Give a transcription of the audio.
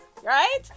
right